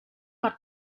per